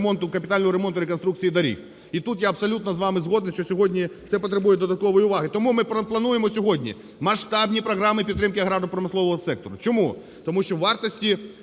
капітального ремонту, і реконструкції доріг. І тут я абсолютно з вами згоден, що сьогодні це потребує додаткової уваги. Тому ми плануємо сьогодні масштабні програми підтримки аграрно-промислового сектору. Чому? Тому що в вартості